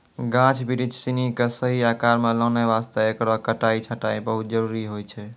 गाछ बिरिछ सिनि कॅ सही आकार मॅ लानै वास्तॅ हेकरो कटाई छंटाई बहुत जरूरी होय छै